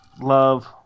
love